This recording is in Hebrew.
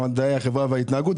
ממדעי החברה וההתנהגות,